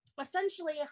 essentially